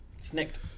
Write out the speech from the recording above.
Snicked